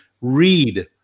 read